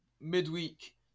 midweek